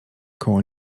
koło